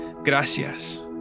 Gracias